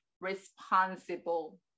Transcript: responsible